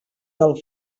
del